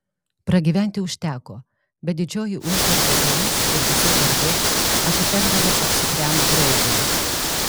pragyventi užteko bet didžioji uždarbio dalis ir visa garbė atitekdavo apsukriam draugui